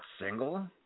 single